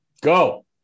Go